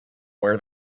where